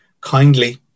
kindly